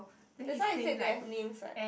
that's why I said they have names right